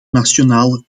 nationale